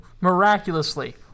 miraculously